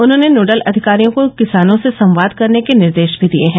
उन्होंने नोडल अधिकारियों को किसानों से संवाद करने के निर्देश भी दिये हैं